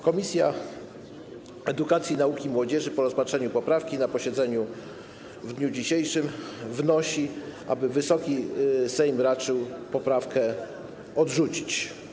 Komisja Edukacji, Nauki i Młodzieży po rozpatrzeniu poprawki na posiedzeniu w dniu dzisiejszym wnosi, aby Wysoki Sejm raczył poprawkę odrzucić.